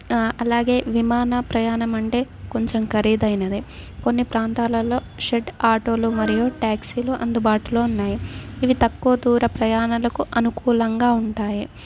అలాగే విమాన ప్రయాణం అంటే కొంచెం ఖరీదైనది కొన్ని ప్రాంతాలలో షెడ్ ఆటోలు మరియు ట్యాక్సీలు అందుబాటులో ఉన్నాయి ఇవి తక్కువ దూర ప్రయాణకు అనుకూలంగా ఉంటాయి